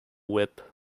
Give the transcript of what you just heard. whip